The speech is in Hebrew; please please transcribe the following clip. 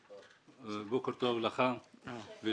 אלהושאלה: בוקר טוב לך ולכולם.